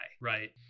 right